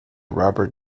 robert